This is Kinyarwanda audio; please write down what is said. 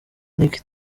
nick